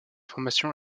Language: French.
formation